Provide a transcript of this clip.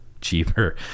cheaper